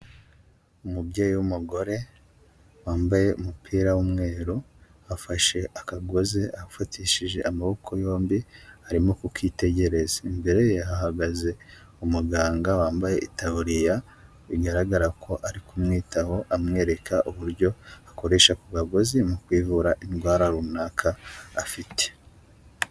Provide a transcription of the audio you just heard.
Umubyeyi w'umugore wambaye umupira w'umweru, afashe akagozi afatishije amaboko yombi arimo kukitegereza, imbere ye hagaze umuganga wambaye itaburiya, bigaragara ko ari kumwitaho amwereka uburyo akoresha ako kagozi mu kwivura indwara runaka afite.